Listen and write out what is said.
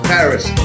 Paris